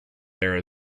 there